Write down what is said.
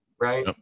right